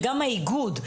וגם האיגוד.